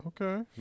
okay